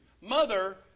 Mother